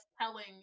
telling